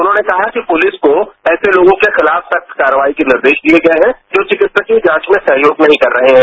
उन्होंने कहा कि पुलिस को ऐसे लोगों के खिलाफ सख्त कार्रवाई के निर्देश दिये गये हैं जो चिकित्सकीय जांच में सहयोग नहीं कर रहे हैं